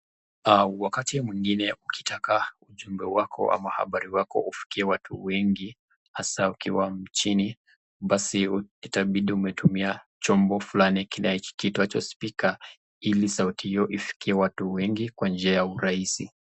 Wakati mwingine ukitaka, ujumbe wako ama habari wakoko ufikie watu wengi hasa ukiwa mjini basi itabidi umetumia chombo fulani kinacho itwa speaker ili sauti hio ifikie watu wangu kwa urahisi.